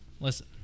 Listen